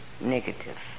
negative